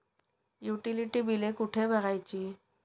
Utility बिले कुठे भरायची?